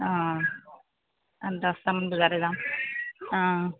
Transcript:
অঁ দহটামান বজাতে যাম অঁ